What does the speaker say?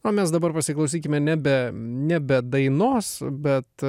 o mes dabar pasiklausykime nebe nebe dainos bet